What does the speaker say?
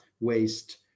waste